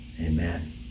Amen